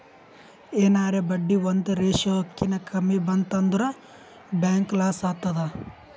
ಎನಾರೇ ಬಡ್ಡಿ ಒಂದ್ ರೇಶಿಯೋ ಕಿನಾ ಕಮ್ಮಿ ಬಂತ್ ಅಂದುರ್ ಬ್ಯಾಂಕ್ಗ ಲಾಸ್ ಆತ್ತುದ್